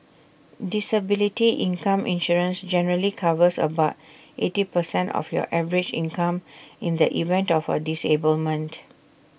disability income insurance generally covers about eighty percent of your average income in the event of A disablement